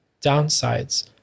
downsides